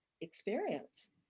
experience